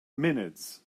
minutes